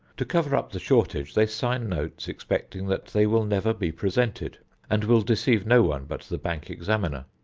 to cover up the shortage they sign notes expecting that they will never be presented and will deceive no one but the bank examiner.